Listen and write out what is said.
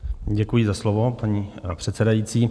Děkuji za slovo, paní předsedající.